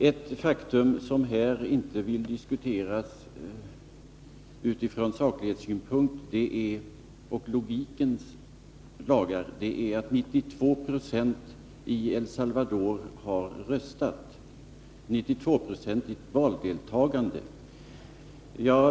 Ett faktum som här inte diskuterats utifrån saklighetssynpunkt och utifrån logikens lagar är att 92 20 av befolkningen i El Salvador har röstat — ett 92-procentigt valdeltagande alltså.